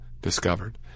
discovered